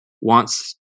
wants